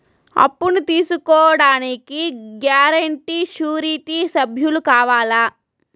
అప్పును తీసుకోడానికి guarantee, surety సభ్యులు కావాలా?